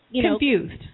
Confused